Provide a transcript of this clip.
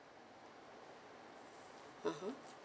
(uh huh)